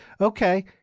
okay